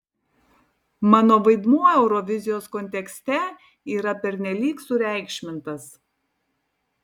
mano vaidmuo eurovizijos kontekste yra pernelyg sureikšmintas